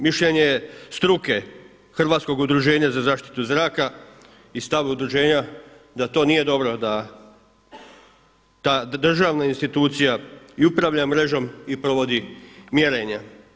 Mišljenje struke Hrvatskog udruženja za zaštitu zraka i stav udruženja da to nije dobro da ta državna institucija i upravlja mrežom i provodi mjerenje.